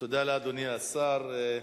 לאדוני השר.